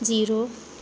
zero